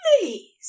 please